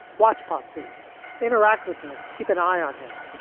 watch pottsy interact with him. keep an eye on him.